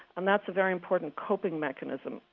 and that's a very important coping mechanism.